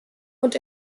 und